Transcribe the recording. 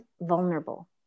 vulnerable